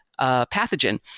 pathogen